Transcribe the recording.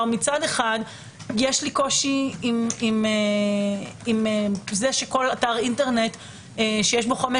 מצד אחד יש לי קושי עם זה שכל אתר אינטרנט שיש בו חמש